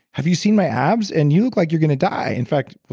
have you seen my abs? and you look like you're going to die. in fact,